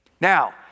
Now